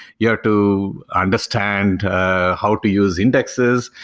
yeah ah to understand how to use indexes,